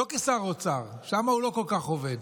לא כשר אוצר, שם הוא לא כל כך עובד,